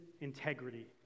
integrity